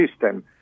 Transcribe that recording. system